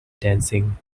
dancing